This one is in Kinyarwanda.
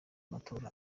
amatora